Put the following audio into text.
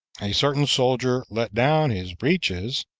a certain soldier let down his breeches,